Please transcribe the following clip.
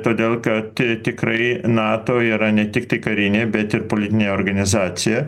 todėl kad tikrai nato yra ne tik tik karinė bet ir politinė organizacija